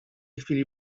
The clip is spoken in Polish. chwili